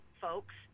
folks